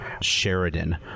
Sheridan